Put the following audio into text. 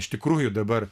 iš tikrųjų dabar